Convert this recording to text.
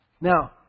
Now